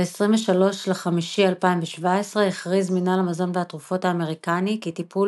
ב 23.5.2017 הכריז מנהל המזון והתרופות האמריקני כי טיפול